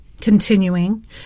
Continuing